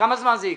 כמה זמן זה ייקח?